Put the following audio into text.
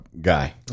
guy